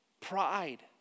pride